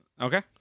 Okay